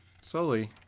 slowly